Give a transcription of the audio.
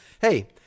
Hey